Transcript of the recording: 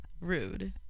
Rude